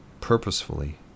purposefully